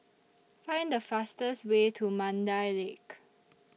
Find The fastest Way to Mandai Lake